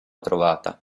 trovata